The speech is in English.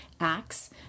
acts